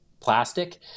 plastic